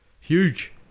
Huge